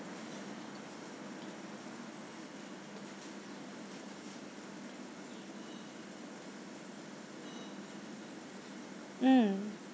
mm